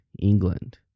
England